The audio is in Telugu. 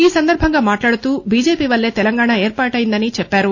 ఈ సందర్బంగా మాట్లాడుతూ బిజెపి వల్లే తెలంగాణ ఏర్పాటైందని అన్సారు